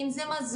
אם זה מזון,